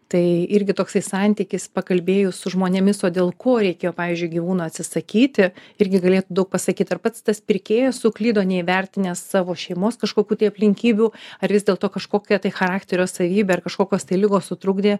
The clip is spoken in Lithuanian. tai irgi toksai santykis pakalbėjus su žmonėmis o dėl ko reikėjo pavyzdžiui gyvūno atsisakyti irgi galėtų daug pasakyti ar pats tas pirkėjas suklydo neįvertinęs savo šeimos kažkokių tai aplinkybių ar vis dėlto kažkokia tai charakterio savybė ar kažkokios tai ligos sutrukdė